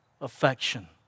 affection